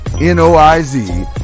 N-O-I-Z